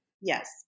Yes